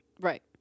Right